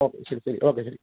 okay ശരി ശരി okay ശരി